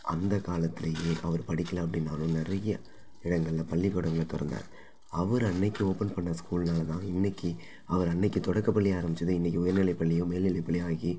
அந்தக் காலத்திலேயே அவர் படிக்கல அப்படின்னாலும் நிறைய இடங்களில் பள்ளிக்கூடங்களைத் திறந்தாரு அவர் அன்றைக்கி ஓப்பன் பண்ணிண ஸ்கூல்னால் தான் இன்றைக்கி அவர் அன்றைக்கி தொடக்கப்பள்ளியாக ஆரமித்தது இன்றைக்கி உயர்நிலைப் பள்ளியும் மேல்நிலை பள்ளியாக ஆகி